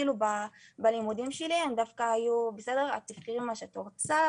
כאילו בלימודים שלי הם דווקא היו בסדר ואמרו לי "..תבחרי מה שאת רוצה